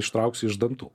ištrauksi iš dantų